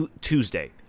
Tuesday